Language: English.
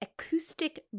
acoustic